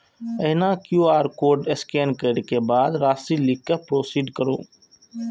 एहिना QR code scan करै के बाद राशि लिख कें प्रोसीड करू